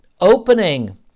opening